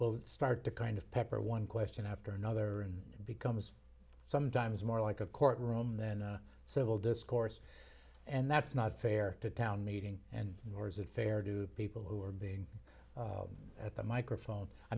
will start to kind of pepper one question after another and it becomes sometimes more like a court room then so will discourse and that's not fair to town meeting and nor is it fair to people who are being at the microphone i